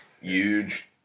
Huge